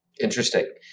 Interesting